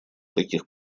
таких